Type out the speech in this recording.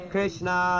Krishna